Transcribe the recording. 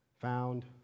Found